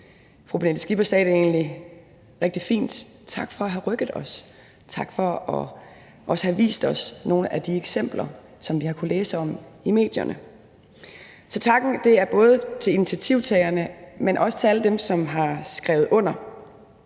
Fru Pernille Skipper sagde det egentlig rigtig fint: Tak for at have rykket os. Tak for at også have vist os nogle af de eksempler, som vi har kunnet læse om i medierne. Så takken er både til initiativtagerne, men også til alle dem, som har skrevet under.